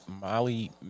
Molly